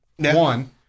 One